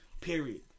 period